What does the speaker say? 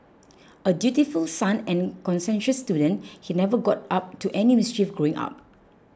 a dutiful son and conscientious student he never got up to any mischief growing up